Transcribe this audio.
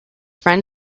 friend